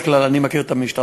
אני מכיר את המשטרה,